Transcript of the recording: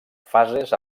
fases